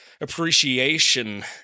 appreciation